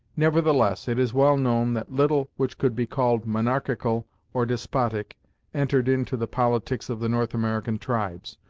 nevertheless, it is well known that little which could be called monarchical or despotic entered into the politics of the north american tribes,